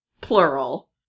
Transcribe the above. plural